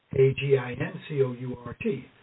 A-G-I-N-C-O-U-R-T